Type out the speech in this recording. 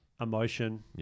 emotion